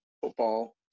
football